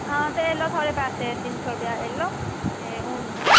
हां एह् लो थुआढ़े पैसे तिन सौ रपेआ एह् लो ते हून